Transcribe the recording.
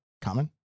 common